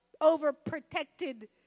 overprotected